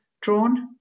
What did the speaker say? drawn